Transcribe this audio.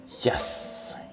Yes